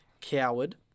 coward